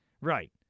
right